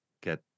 get